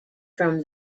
from